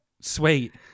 sweet